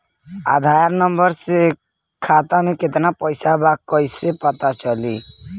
आधार number से खाता में केतना पईसा बा ई क्ईसे पता चलि?